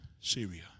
Syria